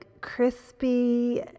crispy